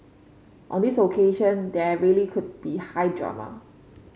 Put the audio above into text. on this occasion there really could be high drama